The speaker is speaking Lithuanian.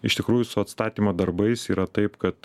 iš tikrųjų su atstatymo darbais yra taip kad